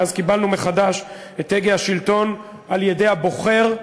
מאז קיבלנו מחדש את הגה השלטון על-ידי הבוחר.